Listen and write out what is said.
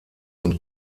und